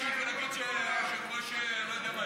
ולהגיד שהיושב-ראש לא יודע מה,